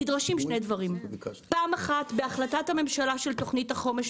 נדרשים שני דברים: פעם אחת בהחלטת הממשלה של תוכנית החומש,